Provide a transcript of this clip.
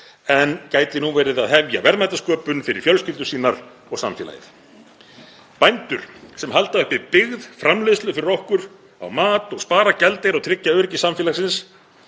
en gæti nú verið að hefja verðmætasköpun fyrir fjölskyldur sínar og samfélagið. Bændur sem halda uppi byggð, framleiðslu fyrir okkur á mat, spara gjaldeyri og tryggja öryggi samfélagsins